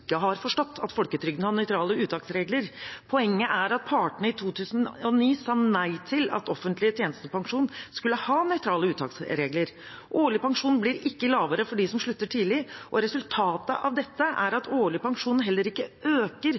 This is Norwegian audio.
har forstått at folketrygden har nøytrale uttaksregler. Poenget er at partene i 2009 sa nei til at offentlig tjenestepensjon skulle ha nøytrale uttaksregler. Årlig pensjon blir ikke lavere for dem som slutter tidlig, og resultatet av dette er at årlig pensjon heller ikke øker